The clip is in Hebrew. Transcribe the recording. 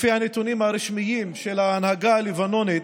לפי הנתונים הרשמיים של ההנהגה הלבנונית,